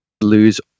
lose